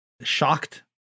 shocked